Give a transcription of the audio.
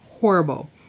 horrible